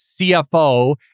CFO